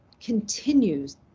continues